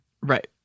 Right